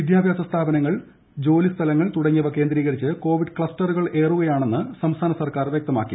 വിദ്യാഭ്യാസ സ്ഥാപനങ്ങൾ ജോലി സ്ഥലങ്ങൾ തുടങ്ങിയവ കേന്ദ്രീകരിച്ച് കോവിഡ് ക്ലസ്റ്ററുകൾ ഏറുകയാണെന്ന് സ്ലാസ്ഥാന സർക്കാർ വ്യക്തമാക്കി